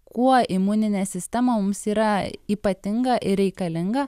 kuo imuninė sistema mums yra ypatinga ir reikalinga